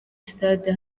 stade